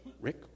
Rick